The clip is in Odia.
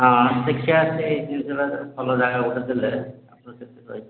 ହାଁ ଦେଖିବା ସେ ଜିନିଷଟା ଭଲ ଜାଗାରେ ଗୋଟେ ଦେଲେ ଆପଣ ସେଠି ରହିବେ